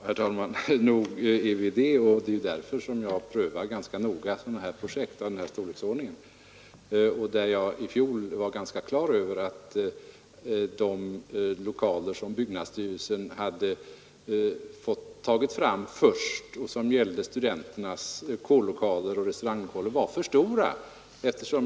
Herr talman! Nog är vi måna om pengarna, och det är därför jag rätt noga prövar projekt av denna storleksordning. Jag var i fjol ganska klar över att de lokaler som byggnadsstyrelsen först hade tagit fram — det gällde studenternas kårlokaler och restauranglokaler — var för stora.